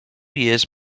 years